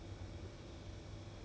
okay okay 你在哪里看